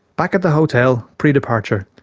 back at the hotel, pre-departure,